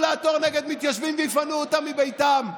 לעתור נגד מתיישבים ויפנו אותם מביתם.